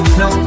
no